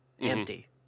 empty